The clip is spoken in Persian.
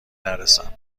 نرسم